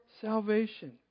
salvation